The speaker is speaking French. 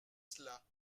cela